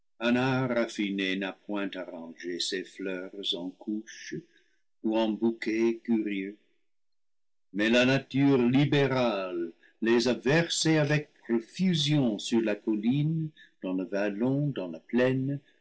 point arrangé ces fleurs en couches ou en bouquet curieux mais la nature libérale les a versées avec profusion sur la colline dans le vallon dans la plaine